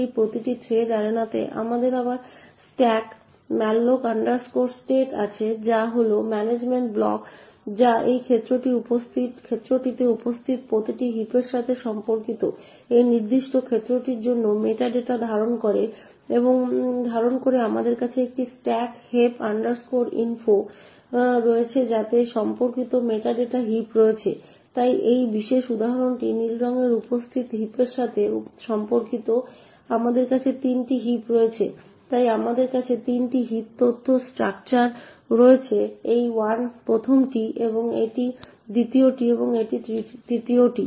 তাই এই প্রতিটি থ্রেড অ্যারেনাতে আমাদের আবার স্ট্রাক malloc state আছে যা হল ম্যানেজমেন্ট ব্লক যা এই ক্ষেত্রটিতে উপস্থিত প্রতিটি হিপের সাথে সম্পর্কিত এই নির্দিষ্ট ক্ষেত্রটির জন্য মেটা ডেটা ধারণ করে আমাদের কাছে একটি struct heap info struck heap info রয়েছে যাতে সেই সম্পর্কিত মেটা ডেটা হিপ রয়েছে তাই এই বিশেষ উদাহরণটি নীল রঙে উপস্থিত হিপের সাথে সম্পর্কিত আমাদের কাছে 3টি হিপ রয়েছে তাই আমাদের কাছে 3টি হিপ তথ্য স্ট্রাকচার রয়েছে এটি 1মটি এটি 2য়টি এবং এটি 3য়টি